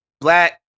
black